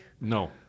No